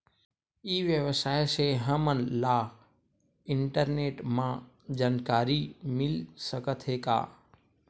ई व्यवसाय से हमन ला इंटरनेट मा जानकारी मिल सकथे का?